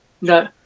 No